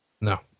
No